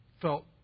felt